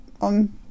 on